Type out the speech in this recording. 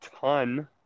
ton